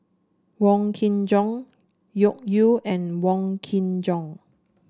Wong Kin Jong Loke Yew and Wong Kin Jong